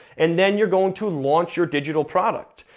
and then you're going to launch your digital product.